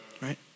right